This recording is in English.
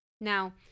now